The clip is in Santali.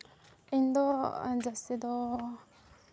ᱤᱧᱫᱚ ᱡᱟᱹᱥᱛᱤ ᱫᱚ